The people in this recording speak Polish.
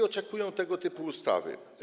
Oczekują tego typu ustawy.